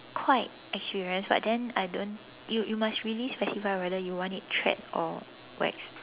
quite experienced but then I don't you you must really specify whether you want it tread or waxed